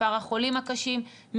מספר החולים הקשים,